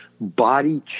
body